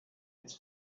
its